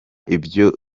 ivyo